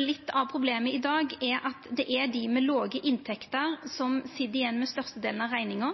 Litt av problemet i dag er at det er dei med låge inntekter som sit igjen med den største delen av rekninga